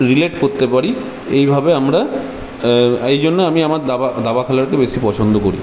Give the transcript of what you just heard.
relate করতে পারি এইভাবে আমরা এই জন্য আমি আমার দাবা দাবা খেলাটা বেশি পছন্দ করি